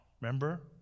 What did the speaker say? Remember